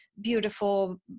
beautiful